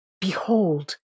Behold